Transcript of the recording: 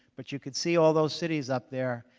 but you could see all those cities up there,